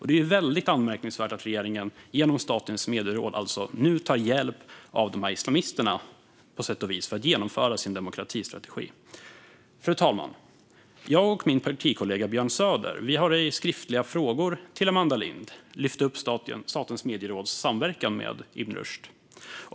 Det är väldigt anmärkningsvärt att regeringen nu genom Statens medieråd på sätt och vis tar hjälp av de här islamisterna för att genomföra sin demokratistrategi. Fru talman! Jag och min partikollega Björn Söder har i skriftliga frågor till Amanda Lind tagit upp Statens medieråds samverkan med Ibn Rushd.